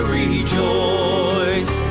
rejoice